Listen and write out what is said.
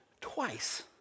twice